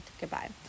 Goodbye